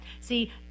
See